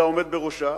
של העומד בראשה